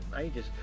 ages